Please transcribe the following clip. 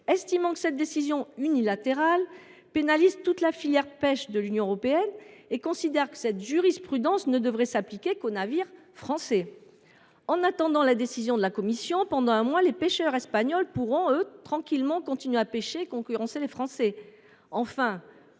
en effet, que cette décision unilatérale pénalise toute la filière pêche de l’Union européenne et considère que cette jurisprudence ne devrait s’appliquer qu’aux navires français. En attendant la décision de la Commission européenne, pendant un mois, les pêcheurs espagnols pourront tranquillement continuer de pêcher et concurrencer les Français. Enfin,